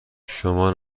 شما